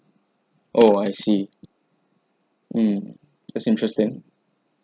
oh I see mm that's interesting